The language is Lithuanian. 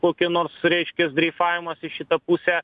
kokie nors reiškia dreifavimas į šitą pusę